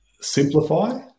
simplify